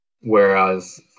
Whereas